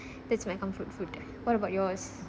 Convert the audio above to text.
that's my comfort food what about yours